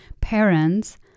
parents